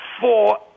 four